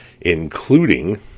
including